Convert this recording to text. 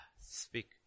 Speak